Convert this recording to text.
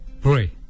pray